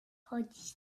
chodzić